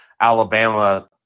Alabama